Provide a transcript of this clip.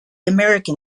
american